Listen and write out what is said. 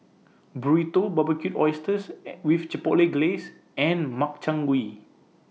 Burrito Barbecued Oysters and with Chipotle Glaze and Makchang Gui